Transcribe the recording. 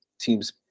teams